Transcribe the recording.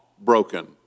broken